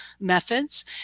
methods